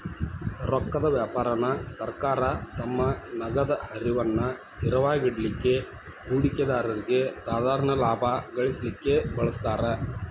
ರೊಕ್ಕದ್ ವ್ಯಾಪಾರಾನ ಸರ್ಕಾರ ತಮ್ಮ ನಗದ ಹರಿವನ್ನ ಸ್ಥಿರವಾಗಿಡಲಿಕ್ಕೆ, ಹೂಡಿಕೆದಾರ್ರಿಗೆ ಸಾಧಾರಣ ಲಾಭಾ ಗಳಿಸಲಿಕ್ಕೆ ಬಳಸ್ತಾರ್